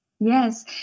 Yes